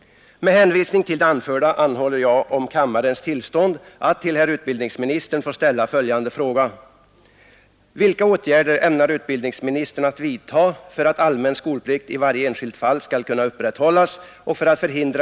Med hänvisning till det anförda anhåller jag om kammarens tillstånd att till herr utbildningsministern få ställa följande fråga: